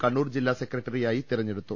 കണ്ണൂർ ജില്ലാ സെക്രട്ടറിയായി തെരഞ്ഞെടുത്തു